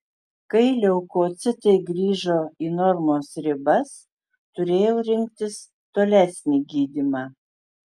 kai leukocitai grįžo į normos ribas turėjau rinktis tolesnį gydymą